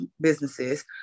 businesses